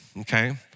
okay